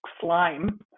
slime